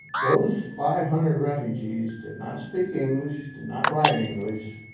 those five hundred refugees did not speak english, did not write english.